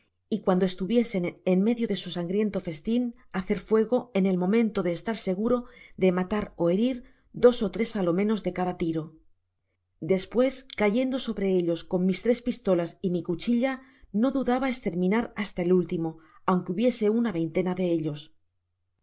y cuando estuviesen en ni'e'dio de fe'n áühgriénto festin hacer fuego en el momento de malar ó nerir ü dbs ó tres á'lo i ñ nos b de'c dá tivoi'áles pues cayendo sobre ellos con mis tres pistolas y jni cuchilla po dudabaestermjnar hasta el último aunque hubiese ana veintena de ellps